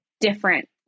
different